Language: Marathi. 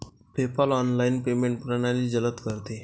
पेपाल ऑनलाइन पेमेंट प्रणाली जलद करते